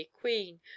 Queen